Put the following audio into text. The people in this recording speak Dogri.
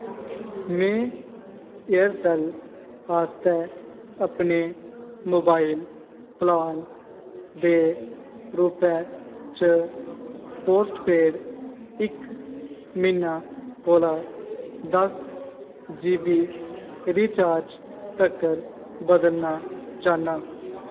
में एयरसैल आस्तै अपने मोबाइल प्लान दे रूपै च पोस्टपेड इक म्हीना कोला दस जी बी रिचार्ज तकर बदलना चाह्न्नां